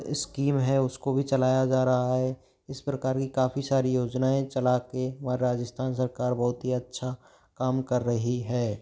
scheme जो है उसको भी चलाया जा रहा है इस प्रकार की काफ़ी सारी योजनाएं चला के व राजिस्थान सरकार बहुत ही अच्छा काम कर रही है